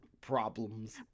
Problems